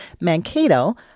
Mankato